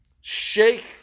shake